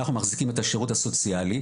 אנחנו מחזיקים את השירות הסוציאלי,